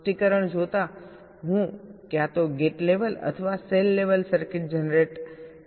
સ્પષ્ટીકરણ જોતાં હું ક્યાં તો ગેટ લેવલ અથવા સેલ લેવલ સર્કિટ જનરેટ કરવા માંગુ છું